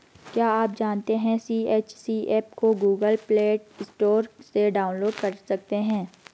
क्या आप जानते है सी.एच.सी एप को गूगल प्ले स्टोर से डाउनलोड कर सकते है?